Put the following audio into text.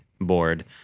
board